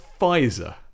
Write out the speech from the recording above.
pfizer